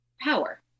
power